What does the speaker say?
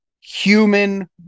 human